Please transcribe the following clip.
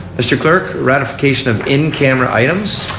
mr. clerk, ratification of in camera items.